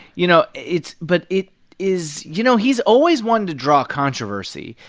you know, it's but it is you know, he's always one to draw controversy.